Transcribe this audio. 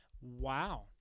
wow